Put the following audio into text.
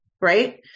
Right